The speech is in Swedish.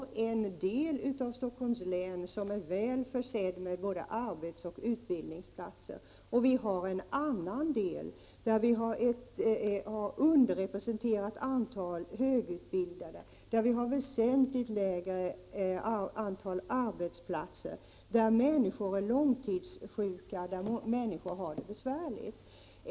En del av Stockholms län är väl försedd med både arbetsplatser och utbildningsplatser, men vi har också en annan del, där de högutbildade är underrepresenterade, med väsentligt lägre antal arbetsplatser, där människor är långtidssjuka och där människor har det besvärligt.